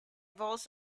also